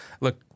look